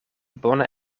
bone